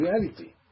reality